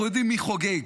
אנחנו יודעים מי חוגג.